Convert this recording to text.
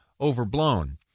overblown